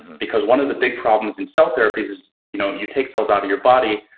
because one of the big problems in cell therapies is you know you take cells out of your body,